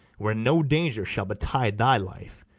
wherein no danger shall betide thy life,